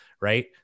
right